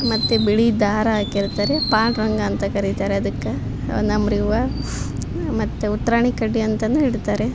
ಮತ್ತು ಬಿಳಿ ದಾರ ಹಾಕಿರ್ತಾರೆ ಪಾಂಡುರಂಗ ಅಂತ ಕರೀತಾರೆ ಅದಕ್ಕೆ ಹೊನ್ನಂಬ್ರಿ ಹೂವ ಮತ್ತು ಉತ್ತರಾಣಿ ಕಡ್ಡಿ ಅಂತನೂ ಇಡ್ತಾರೆ